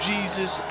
Jesus